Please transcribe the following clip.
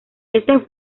este